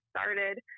started